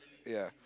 ya